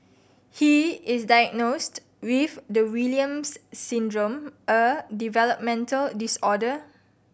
he is diagnosed with the Williams Syndrome a developmental disorder